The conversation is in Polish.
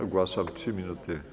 Ogłaszam 3 minuty